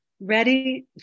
ready